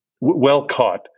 well-caught